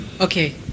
Okay